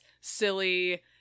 silly